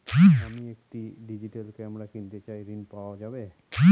আমি একটি digital camera কিনতে চাই ঝণ পাওয়া যাবে?